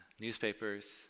newspapers